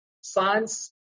science